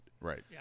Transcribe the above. Right